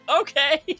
okay